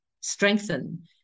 strengthen